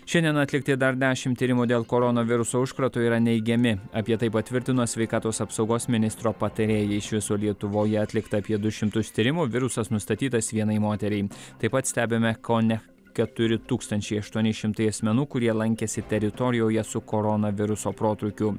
šiandien atlikti dar dešim tyrimų dėl koronaviruso užkrato yra neigiami apie tai patvirtino sveikatos apsaugos ministro patarėja iš viso lietuvoje atlikta apie du šimtus tyrimų virusas nustatytas vienai moteriai taip pat stebime kone keturi tūkstančiai aštuoni šimtai asmenų kurie lankėsi teritorijoje su koronaviruso protrūkiu